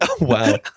Wow